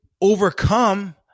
overcome